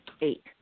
Eight